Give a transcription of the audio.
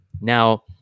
Now